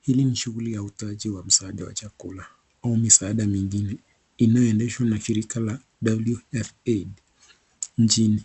Hili ni shughuli ya utoaji wa msaada wa chakula au misaada mingine inayoendeshwa na shirika la WFP nchini.